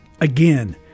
Again